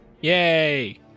Yay